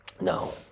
no